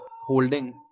holding